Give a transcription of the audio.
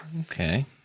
Okay